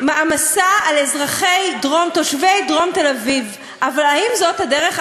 מעמסה על תושבי דרום תל-אביב, אבל האם זאת הדרך?